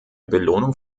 belohnung